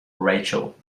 rachel